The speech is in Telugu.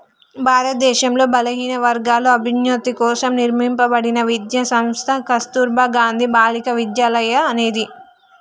భారతదేశంలో బలహీనవర్గాల అభ్యున్నతి కోసం నిర్మింపబడిన విద్యా సంస్థ కస్తుర్బా గాంధీ బాలికా విద్యాలయ అనేది